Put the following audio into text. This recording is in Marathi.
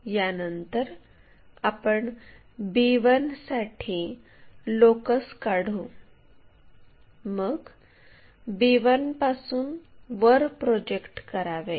यानंतर आपण b1 साठी लोकस काढू मग b1 पासून वर प्रोजेक्ट करावे